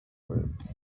roots